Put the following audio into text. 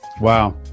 Wow